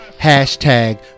hashtag